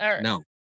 No